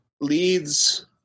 leads